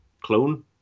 clone